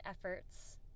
efforts